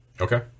okay